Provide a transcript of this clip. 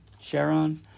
Sharon